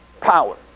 power